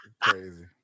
Crazy